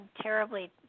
terribly